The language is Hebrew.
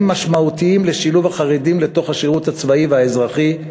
משמעותיים לשילוב החרדים בשירות הצבאי והאזרחי,